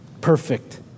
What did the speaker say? perfect